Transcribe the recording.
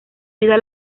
vida